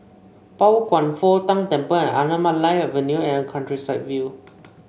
Pao Kwan Foh Tang Temple Anamalai Avenue and Countryside View